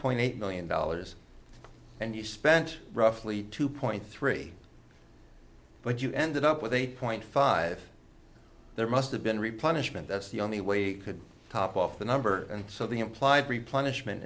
point eight million dollars and you spent roughly two point three but you ended up with eight point five there must have been replenished and that's the only way it could top off the number and so the implied replenish mint